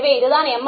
எனவே இது தான் எம்